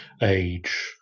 age